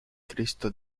cristo